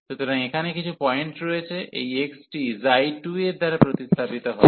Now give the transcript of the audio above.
সুতরাং এখানে কিছু পয়েন্ট রয়েছে এই x টি ξ2 এর দ্বারা প্রতিস্থাপিত হবে